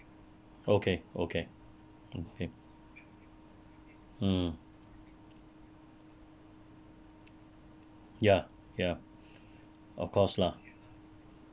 okay okay okay mm ya ya of course lah